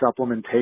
supplementation